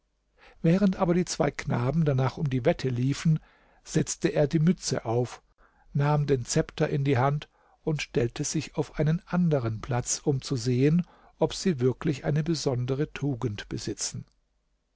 während aber die zwei knaben danach um die wette liefen setzte er die mütze auf nahm den zepter in die hand und stellte sich auf einen anderen platz um zu sehen ob sie wirklich eine besondere tugend besitzen